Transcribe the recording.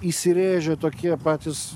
įsirėžė tokie patys